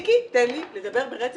מיקי, תן לי לדבר, בבקשה, ברצף.